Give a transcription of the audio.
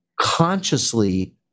consciously